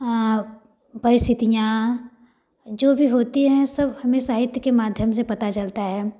परिस्थितियाँ जो भी होती हैं सब हमें साहित्य के माध्यम से पता चलता है